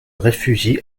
réfugie